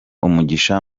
umugisha